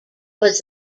was